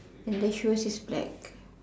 and the shoes is black